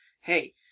Hey